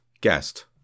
Guest